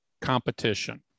competition